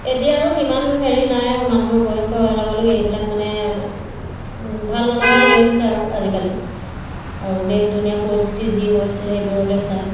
এতিয়া আৰু সিমান হেৰি নাই আৰু মানুহৰ বয়স হোৱাৰ লগে লগে এইবিলাক মানে ভাল নলগা হৈ আহিছে আৰু আজিকালি আৰু দেশ ধুনীয়া পৰিস্থিতি যি হৈছে এইবোৰলৈ চাই